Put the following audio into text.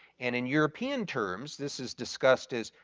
and in european terms, this is discussed as,